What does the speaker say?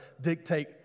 dictate